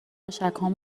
تشکهام